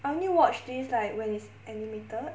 I only watch these like when it's animated